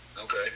Okay